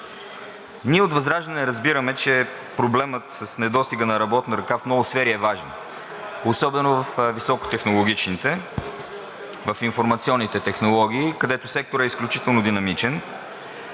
Ние от ВЪЗРАЖДАНЕ разбираме, че проблемът с недостига на работна ръка в много сфери е важен, особено във високотехнологичните, в информационните технологии, където секторът е изключително динамичен,